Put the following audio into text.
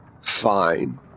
Fine